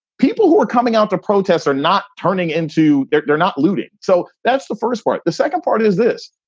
people who are coming out to protest are not turning into they're they're not looting. so that's the first part. the second part is this.